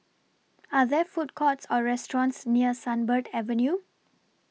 Are There Food Courts Or restaurants near Sunbird Avenue